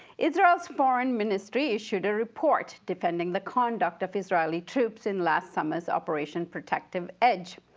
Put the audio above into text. israel's foreign ministry issued a report defending the conduct of israeli troops in last summer's operation protective edge.